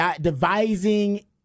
devising –